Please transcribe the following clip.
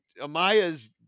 Amaya's